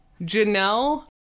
Janelle